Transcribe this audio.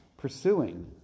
Pursuing